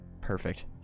perfect